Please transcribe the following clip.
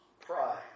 Pride